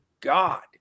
God